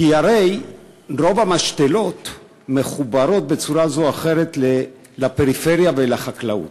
כי הרי רוב המשתלות מחוברות בצורה זו או אחרת לפריפריה ולחקלאות.